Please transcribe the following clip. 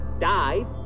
died